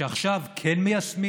שעכשיו כן מיישמים